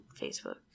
Facebook